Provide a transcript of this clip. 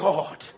God